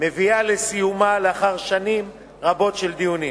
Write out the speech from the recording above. מביאה לסיומה לאחר שנים רבות של דיונים